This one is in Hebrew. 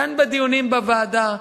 כאן בדיונים בוועדה.